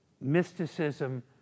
mysticism